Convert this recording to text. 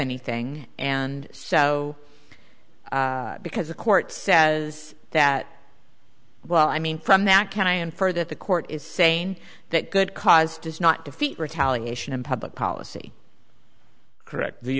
anything and so because the court says that well i mean from that can i infer that the court is saying that good cause does not defeat retaliation and public policy correct the